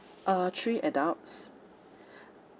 uh three adults